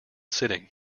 sitting